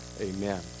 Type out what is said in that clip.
amen